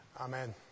Amen